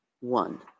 One